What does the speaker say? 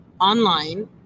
online